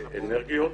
אנרגיות.